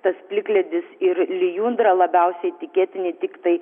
tas plikledis ir lijundra labiausiai tikėtini tiktai